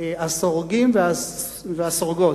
הסרוגים והסורגות.